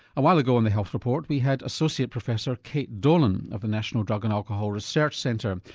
a while ago on the health report we had associate professor kate dolan of the national drug and alcohol research centre.